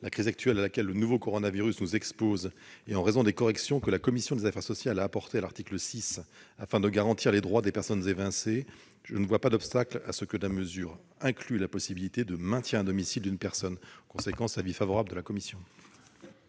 la crise actuelle à laquelle le nouveau coronavirus nous expose, et en raison des corrections que la commission des affaires sociales a apportées à l'article 6 afin de garantir les droits des personnes évincées, je ne vois pas d'obstacle à ce que la mesure inclue la possibilité de maintien à domicile d'une personne. Avis favorable de la commission.